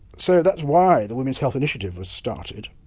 so that's why the women's health initiative was started,